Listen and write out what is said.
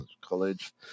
college